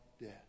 death